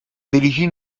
dirigir